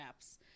apps